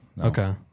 Okay